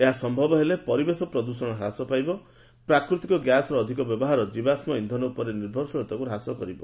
ଏହା ସମ୍ଭବ ହେଲେ ପରିବେଶ ପ୍ରଦୃଷଣ ହ୍ରାସ ପାଇବ ପ୍ରାକୃତିକ ଗ୍ୟାସ୍ର ଅଧିକ ବ୍ୟବହାର ଜିବାଶ୍ମ ଇନ୍ଧନ ଉପରେ ନିର୍ଭରଶୀଳତାକୁ ହ୍ରାସ କରିବ